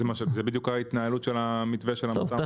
זו בדיוק ההתנהלות של המתווה של -- טוב,